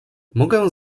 mogę